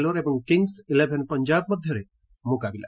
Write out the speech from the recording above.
ଲୋର ଏବଂ Kings eleven Punjab ମଧ୍ୟରେ ମୁକାବିଲା